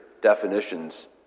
definitions